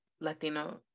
latino